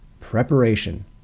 preparation